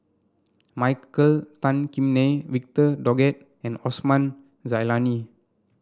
Michael Tan Kim Nei Victor Doggett and Osman Zailani